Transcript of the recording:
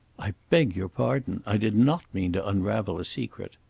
i beg your pardon. i did not mean to unravel a secret.